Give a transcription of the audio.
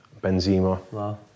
Benzema